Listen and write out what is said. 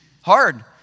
hard